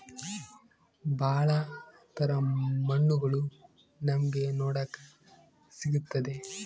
ಭಾಳ ತರ ಮಣ್ಣುಗಳು ನಮ್ಗೆ ನೋಡಕ್ ಸಿಗುತ್ತದೆ